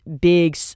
big